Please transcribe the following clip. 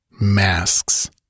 Masks